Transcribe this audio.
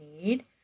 need